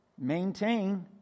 maintain